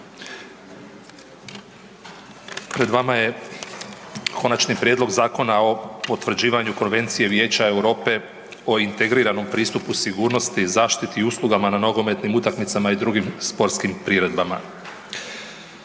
pred vama je Konačni prijedlog Zakona o potvrđivanju Konvencije Vijeća Europe o integriranom pristupu sigurnosti, zaštiti i usluga na nogometnim utakmicama i drugim sportskim priredbama.